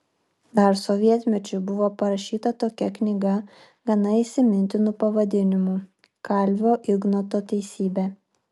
dar sovietmečiu buvo parašyta tokia knyga gana įsimintinu pavadinimu kalvio ignoto teisybė